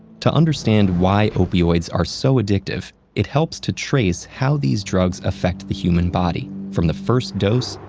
to understand why opioids are so addictive, it helps to trace how these drugs affect the human body from the first dose,